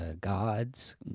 gods